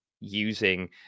using